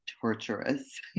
Torturous